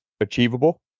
achievable